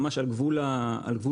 ממש על גבול האתר.